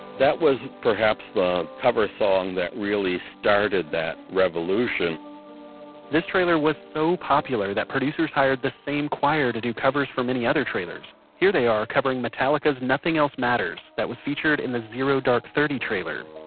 that was perhaps the cover song that really started that revolution this trailer was so popular that producers hired the same choir to do covers for many other trailers. here they are covering metallica's nothing else matters that was featured in the zero dark thirty trailer